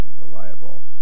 reliable